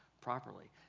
properly